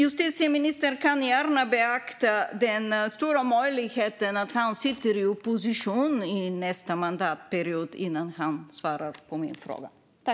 Justitieministern kan gärna beakta den stora möjligheten att han sitter i opposition under nästa mandatperiod innan han svarar på min fråga.